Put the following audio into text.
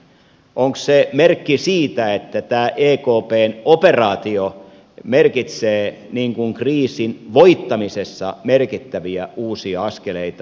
onko se merkki siitä että tämä ekpn operaatio merkitsee kriisin voittamisessa merkittäviä uusia askeleita